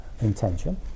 intention